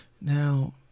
Now